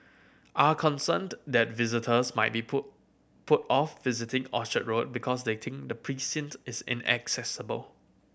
are concerned that visitors might be put put off visiting Orchard Road because they think the precinct is inaccessible